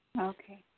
Okay